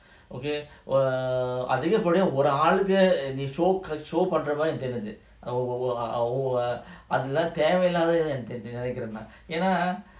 okay err அதிகப்படியாஒருஆளுக்கு:adhigapadia oru aaluku err அதெல்லாம்தேவைல்லாததுனு நெனைக்கிறேன்நான்எனா:adhellam thevaillathathunu nenaikren nan yena